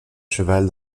cheval